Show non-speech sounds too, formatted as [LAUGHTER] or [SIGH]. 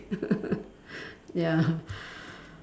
[LAUGHS] ya [BREATH]